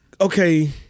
okay